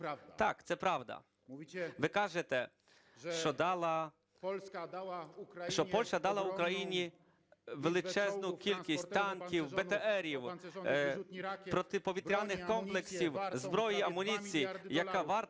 Так, це правда. Ви кажете, що Польща дала Україні величезну кількість танків, БТРів, протиповітряних комплексів, зброї, амуніції,